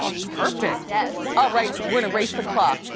perfect. yes. all right, we're gonna race the clock.